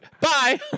Bye